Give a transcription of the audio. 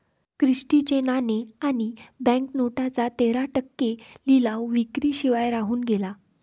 Christie चे नाणे आणि बँक नोटांचा तेरा टक्के लिलाव विक्री शिवाय राहून गेला